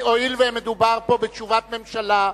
הואיל ומדובר פה בתשובת ממשלה,